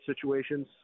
situations